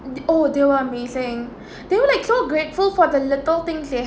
oh they were amazing they were like so grateful for the little things they